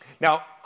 Now